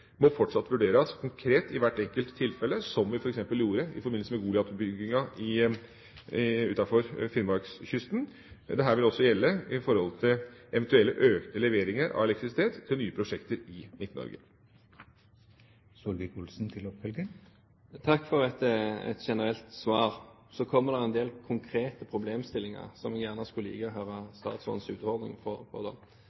må fortsatt vurderes konkret i hvert enkelt tilfelle, slik vi f.eks. gjorde i forbindelse med Goliat-utbygginga utafor Finnmarkskysten. Dette vil også gjelde for eventuelle økte leveringer av elektrisitet til nye prosjekter i Midt-Norge. Takk for et generelt svar. Så kommer det en del konkrete problemstillinger som jeg gjerne skulle